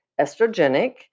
estrogenic